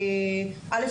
א',